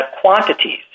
quantities